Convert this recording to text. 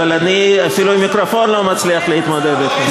אבל אני אפילו עם מיקרופון לא מצליח להתמודד אתו.